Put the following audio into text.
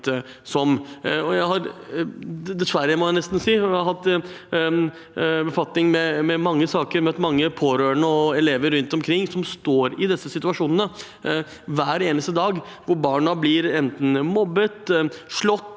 Jeg har møtt mange pårørende og elever rundt omkring som står i disse situasjonene hver eneste dag, hvor barna enten blir mobbet, slått,